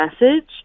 message